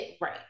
right